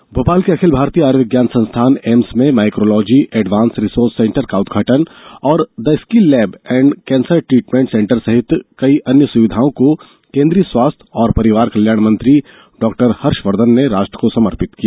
हर्षवर्घन भोपाल के अखिल भारतीय आयुर्विज्ञान संस्थान एम्स में माइकोलॉजी एडवांस्ड रिसोर्स सेंटर का उदघाटन किया और the skill lab and cancer treatment centre सहित कई अन्य सुविधाओं को केन्द्रीय स्वास्थ्य और परिवार कल्याण मंत्री डॉक्टर हर्षवर्धन ने राष्ट्र को समर्पित किया